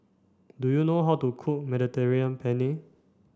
do you know how to cook Mediterranean Penne